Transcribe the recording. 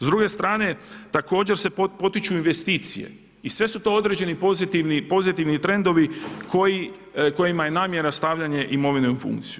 S druge strane također se potiču investicije i sve su to određeni pozitivni trendovi kojima je namjera stavljanje imovine u funkciju.